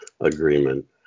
Agreement